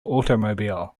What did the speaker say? automobile